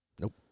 Nope